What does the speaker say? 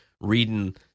reading